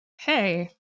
Hey